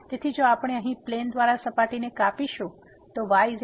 તેથી જો આપણે અહીં પ્લેન દ્વારા સપાટીને કાપીશું yy0